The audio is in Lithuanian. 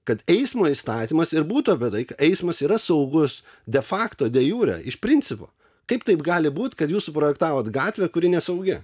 kad eismo įstatymas ir būtų apie tai kad eismas yra saugus de fakto de jure iš principo kaip taip gali būt kad jūs suprojektavot gatvę kuri nesaugi